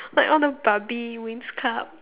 like all the barbie winx club